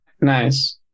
Nice